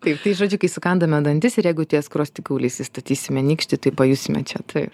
taip tai žodžiu kai sukandame dantis ir jeigu ties skruostikauliais įstatysime nykštį tai pajusime čia taip